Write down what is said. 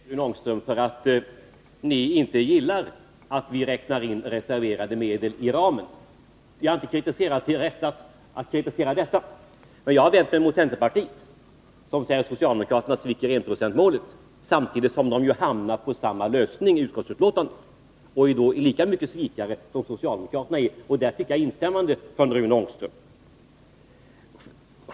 Herr talman! Jag har respekt, Rune Ångström, för att ni inte gillar att vi räknar in reserverade medeli ramen. Jag har inte förnekat er rätt att kritisera detta. Men jag har vänt mig mot centerpartiet, som säger att socialdemokraterna sviker enprocentsmålet, samtidigt som centerns företrädare hamnar på samma lösning i utskottsbetänkandet. De är då lika mycket svikare som socialdemokraterna, och där fick jag instämmande från Rune Ångström.